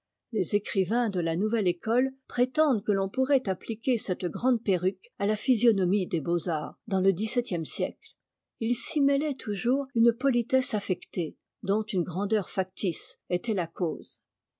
les écrivains de la nouvelle école prétendent que l'on pourrait appliquer cette grande perruque à la physionomie des beaux-arts dans le dix-septième siècle il s'y mêlait toujours une petitesse affectée dont une grandeur factice était la cause